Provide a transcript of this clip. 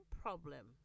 problem